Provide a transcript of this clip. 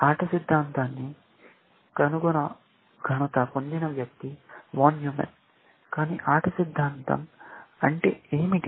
ఆట సిద్ధాంతాన్ని కనుగొన్న ఘనత పొందిన వ్యక్తి వాన్ న్యూమాన్ కానీ ఆట సిద్ధాంతం అంటే ఏమిటి